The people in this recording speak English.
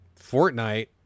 Fortnite